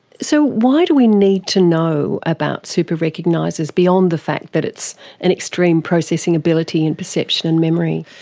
so why do we need to know about super recognisers, beyond the fact that it's an extreme processing ability in perception and memory?